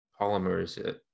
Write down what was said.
polymers